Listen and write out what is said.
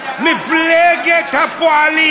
מפלגת הפועלים,